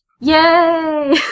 Yay